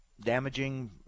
damaging